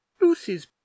lucy's